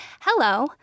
hello